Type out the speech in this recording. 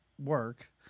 work